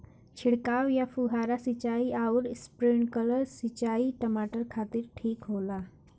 छिड़काव या फुहारा सिंचाई आउर स्प्रिंकलर सिंचाई टमाटर खातिर ठीक होला?